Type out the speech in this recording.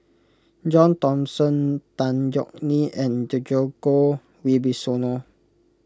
John Thomson Tan Yeok Nee and Djoko Wibisono